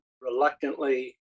reluctantly